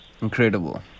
incredible